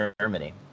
Germany